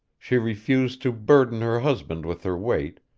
she refused to burden her husband with her weight,